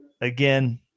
again